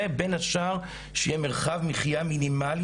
ובין השאר שיהיה מרחב מחיה מינימלי